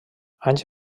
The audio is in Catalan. anys